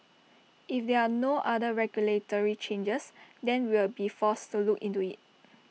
if there are no other regulatory changes then we'll be forced to look into IT